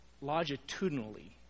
longitudinally